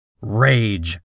Rage